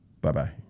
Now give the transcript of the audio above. Bye-bye